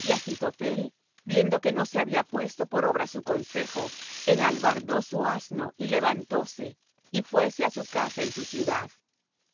y achitophel viendo que no se había puesto por obra su consejo enalbardó su asno y levantóse y fuése á su casa en su ciudad